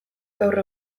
gaur